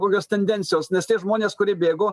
kokios tendencijos nes tie žmonės kurie bėgo